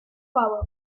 power